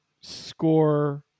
score